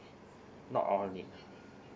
not all need